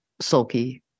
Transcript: sulky